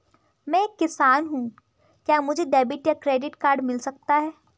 मैं एक किसान हूँ क्या मुझे डेबिट या क्रेडिट कार्ड मिल सकता है?